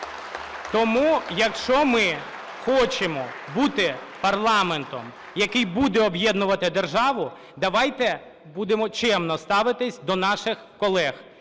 Тому якщо ми хочемо бути парламентом, який буде об'єднувати державу, давайте будемо чемно ставитись до наших колег,